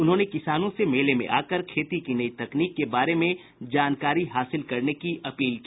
उन्होंने किसानों से मेले में आकर खेती की नई तकनीक के बार में जानकारी हांसिल करने की अपील की